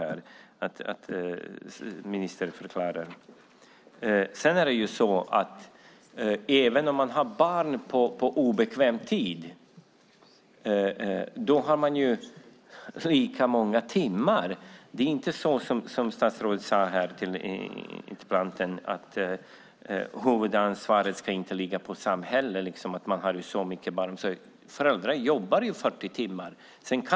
Jag vill att ministern förklarar det. Även om man har barnomsorg på obekväm tid handlar det ju om lika många timmar. Det är inte som statsrådet sade att huvudansvaret kommer att ligga på samhället. Föräldrar jobbar ju 40 timmar.